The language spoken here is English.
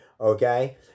okay